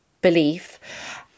belief